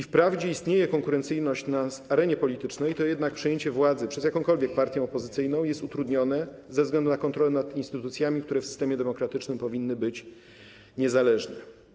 Wprawdzie istnieje konkurencyjność na arenie politycznej, jednak przejęcie władzy przez jakąkolwiek partię opozycyjną jest utrudnione ze względu na kontrolę nad instytucjami, które w systemie demokratycznym powinny być niezależne.